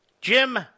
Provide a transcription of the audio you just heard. Jim